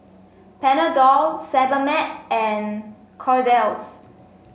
Panadol Sebamed and Kordel's